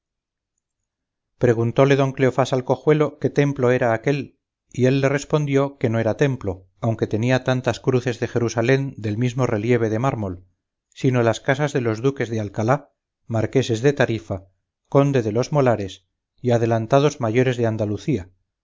preguntóle don cleofás al cojuelo qué templo era aquél y él le respondió que no era templo aunque tenía tantas cruces de jerusalén del mismo relieve de mármol sino las casas de los duques de alcalá marqueses de tarifa conde de los molares y adelantados mayores de andalucía